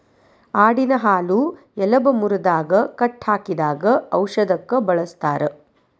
ಆಡಿನ ಹಾಲು ಎಲಬ ಮುರದಾಗ ಕಟ್ಟ ಹಾಕಿದಾಗ ಔಷದಕ್ಕ ಬಳಸ್ತಾರ